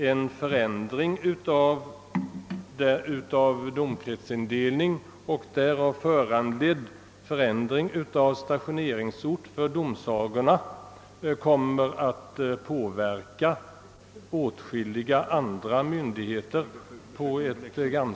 En förändring av domkretsindelningen och därav föranledd ändring av stationeringsort för domsa Sorna kommer att väsentligt påverka åtskilliga andra myndigheter.